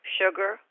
sugar